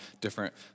different